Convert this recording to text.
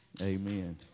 Amen